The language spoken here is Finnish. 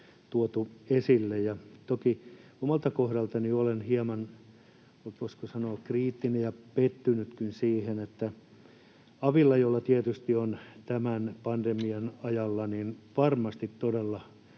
tuotu esille, ja toki omalta kohdaltani olen hieman, voisiko sanoa, kriittinen ja pettynytkin siihen, että avi — jolla tietysti on tämän pandemian ajalla varmasti todella